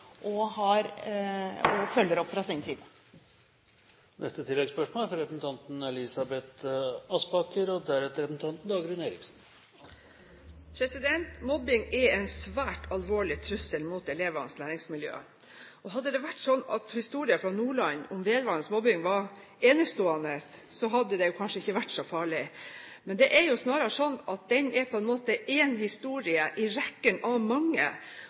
og følger opp fra sin side. Elisabeth Aspaker – til oppfølgingsspørsmål. Mobbing er en svært alvorlig trussel mot elevenes læringsmiljø. Hadde det vært sånn at historien fra Nordland om elevenes mobbing var enestående, hadde det kanskje ikke vært så farlig. Men det er snarere sånn at det er en historie i rekken av mange,